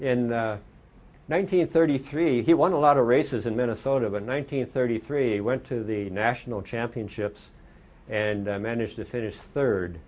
and nineteen thirty three he won a lot of races in minnesota but one hundred thirty three went to the national championships and managed to finish third